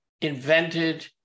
invented